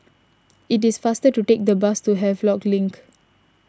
it is faster to take the bus to Havelock Link